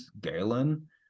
Galen